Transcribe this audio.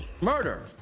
Murder